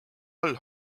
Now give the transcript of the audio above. all